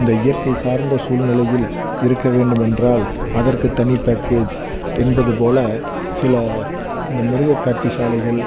இந்த இயற்கை சார்ந்த சூழ்நிலையில் இருக்க வேண்டும் என்றால் அதற்கு தனி பேக்கேஜ் என்பது போல் சில இந்த மிருகக் காட்சி சாலைகள்